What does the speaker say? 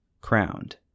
crowned